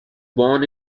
born